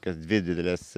kas dvi dideles